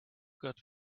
got